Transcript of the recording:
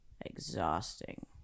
exhausting